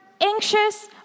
anxious